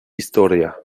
historia